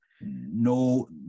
No